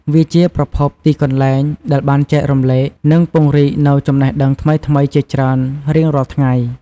វាជាប្រភពទីកន្លែងដែលបានចែករំលែកនិងពង្រីកនូវចំណេះដឹងថ្មីៗជាច្រើនរៀងរាល់ថ្ងៃ។